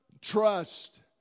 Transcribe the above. trust